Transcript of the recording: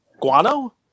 Guano